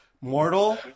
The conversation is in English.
mortal